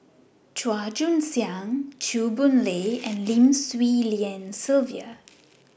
Chua Joon Siang Chew Boon Lay and Lim Swee Lian Sylvia